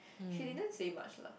she didn't say much lah